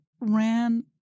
ran